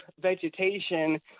vegetation